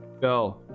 go